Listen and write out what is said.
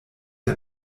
der